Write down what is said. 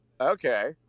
okay